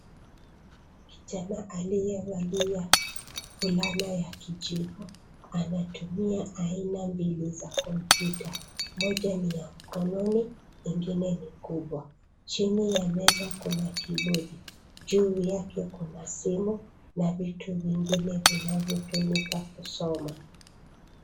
Kijana aliye valia fulana ya kijivu anatumia aina mbili za kompyuta. Moja ni ya mkononi ingine ni kubwa. Chini ya meza kuna kibodi juu yake kuna simu na vitu vingine vinavyo tumika kusoma.